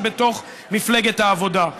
שבתוך מפלגת העבודה.